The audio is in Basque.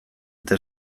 eta